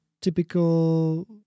typical